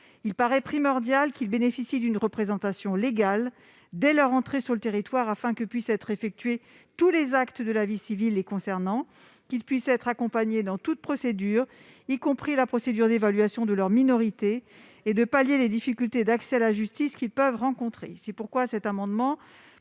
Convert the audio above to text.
Il paraît primordial qu'ils bénéficient d'une représentation légale dès leur entrée sur le territoire, afin que puissent être effectués tous les actes de la vie civile les concernant, qu'ils puissent être accompagnés dans toute procédure, y compris la procédure d'évaluation de leur minorité, et de pallier les difficultés d'accès à la justice qu'ils peuvent rencontrer. C'est pourquoi cet amendement